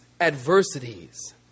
adversities